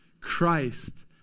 Christ